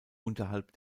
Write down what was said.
unterhalb